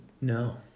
No